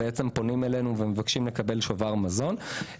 הם בעצם פונים אלינו ומבקשים לקבל שובר מזון.